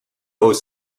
aux